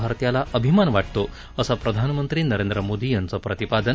भारतीयाला अभिमान वाटतो असं प्रधानमंत्री नरेंद्र मोदी यांचं प्रतिपादन